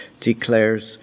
declares